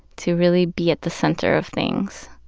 to really be at the center of things,